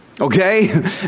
okay